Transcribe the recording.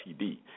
TD